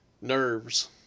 nerves